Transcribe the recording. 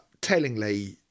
Tellingly